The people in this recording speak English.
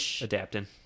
adapting